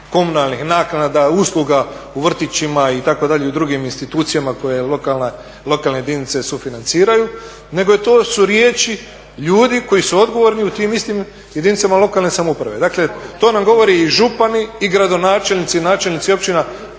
komunalnih naknada, usluga u vrtićima itd. i u drugim institucijama koje lokalne jedinice sufinanciraju, nego su to riječi ljudi koji su odgovorni u tim istim jedinicama lokalne samouprave. Dakle, to nam govore i župani, i gradonačelnici i načelnici općina